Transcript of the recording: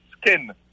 skin